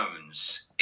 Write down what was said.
Jones